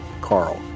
Carl